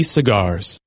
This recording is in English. Cigars